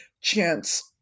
chance